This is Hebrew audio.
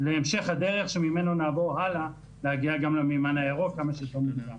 להמשך הדרך שממנו נעבור הלאה להגיע גם למימן הירוק כמה שיותר מוקדם.